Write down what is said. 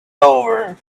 over